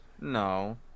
No